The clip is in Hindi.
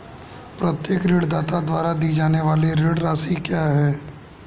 प्रत्येक ऋणदाता द्वारा दी जाने वाली ऋण राशि क्या है?